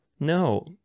no